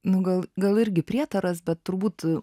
nu gal gal irgi prietaras bet turbūt